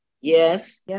Yes